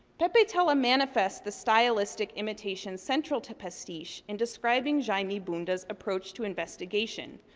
pepetela manifests the stylistic imitation central to pastiche in describing jaime bunda's approach to investigation.